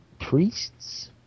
priests